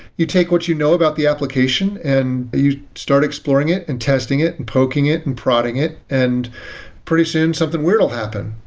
you take what you know about the application and you start exploring it and testing it and poking it and prodding it and pretty soon something weird will happen.